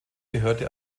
gehörte